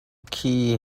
khi